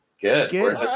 Good